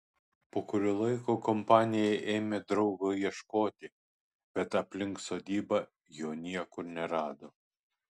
po kurio laiko kompanija ėmė draugo ieškoti bet aplink sodybą jo niekur nerado